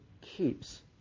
keeps